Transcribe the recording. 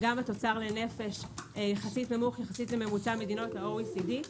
וגם בתוצר לנפש יחסית נמוך למדינות ה-OECD.